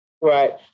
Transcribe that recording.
Right